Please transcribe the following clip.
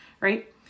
right